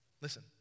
Listen